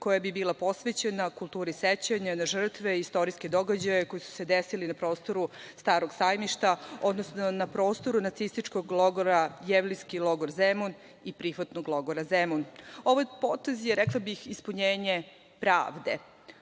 koja bi bila posvećena kulturi sećanja na žrtve, istorijske događaje koji su se desile na prostoru Starog sajmišta, odnosno na prostoru nacističkog logora, jevrejski logor Zemun i prihvatnog logora Zemun. Ovo je potez je, rekla bih, ispunjenje pravde.